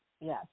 Yes